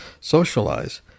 socialize